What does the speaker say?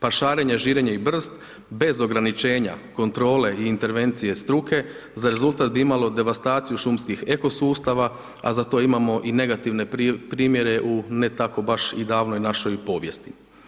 Pašarenje, žirenje i brst bez ograničenja, kontrole i intervencije struke za rezultat bi imalo devastaciju šumskih eko sustava, a za to imamo i negativne primjere u ne tako baš i davnoj našoj povijesti.